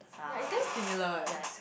yea it's damn similar eh